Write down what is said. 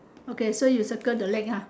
okay so you circle the leg ah